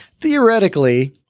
Theoretically